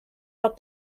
out